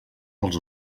als